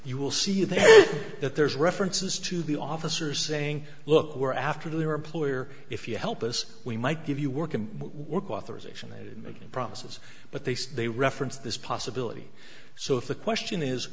you will see there that there's references to the officer saying look we're after the employer if you help us we might give you work and work authorization and making promises but they say they reference this possibility so if the question is